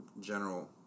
general